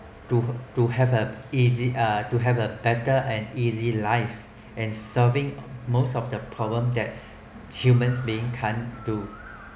to have a easy to have a better and easy life and solving most of the problem that humans beings can't do